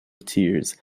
tears